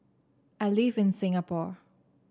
I live in Singapore